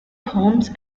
homes